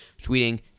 tweeting